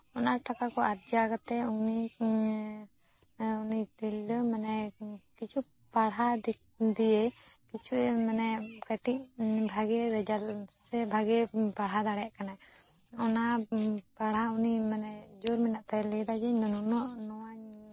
ᱚᱱᱟ ᱴᱟᱠᱟ ᱠᱚ ᱟᱨᱡᱟᱣ ᱠᱟᱛᱮᱜ ᱩᱱᱤ ᱩᱱᱤ ᱛᱤᱨᱞᱟᱹ ᱢᱟᱱᱮ ᱠᱤᱪᱷᱩ ᱯᱟᱲᱦᱟᱣ ᱫᱤᱠ ᱫᱤᱭᱮ ᱠᱤᱪᱷᱩ ᱢᱟᱱᱮ ᱠᱟᱹᱴᱤᱪ ᱵᱷᱟᱜᱮ ᱨᱮᱡᱟᱞᱴ ᱥᱮ ᱵᱷᱟᱜᱮ ᱯᱟᱲᱦᱟᱣ ᱫᱟᱲᱮᱭᱟᱜ ᱠᱟᱱᱟᱭ ᱚᱱᱟ ᱯᱟᱲᱦᱟᱣ ᱩᱱᱤ ᱢᱟᱱᱮ ᱡᱳᱨ ᱢᱮᱱᱟᱜ ᱛᱟᱭᱟ ᱞᱟᱹᱭᱫᱟᱭ ᱡᱮ ᱱᱩᱱᱟᱹᱜ